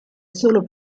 solo